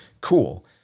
Cool